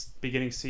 beginning